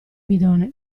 bidone